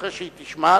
אחרי שהיא תישמע,